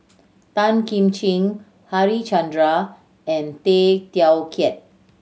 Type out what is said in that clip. Tan Kim Ching Harichandra and Tay Teow Kiat